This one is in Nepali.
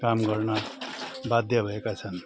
काम गर्न बाध्य भएका छन्